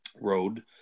Road